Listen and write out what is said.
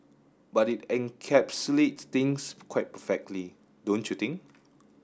but it encapsulates things quite perfectly don't you think